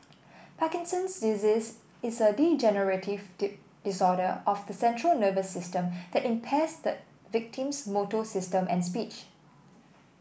Parkinson's disease is a degenerative disorder of the central nervous system that impairs the victim's motor system and speech